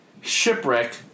Shipwreck